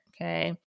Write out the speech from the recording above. okay